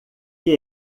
que